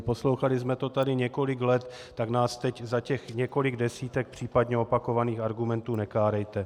Poslouchali jsme to tady několik let, tak nás teď za těch několik desítek případně opakovaných argumentů nekárejte.